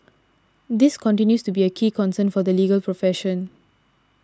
this continues to be a key concern for the legal profession